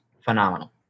phenomenal